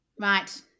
right